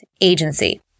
agency